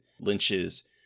lynch's